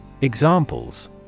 Examples